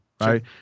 Right